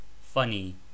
funny